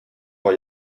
vor